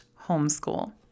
homeschool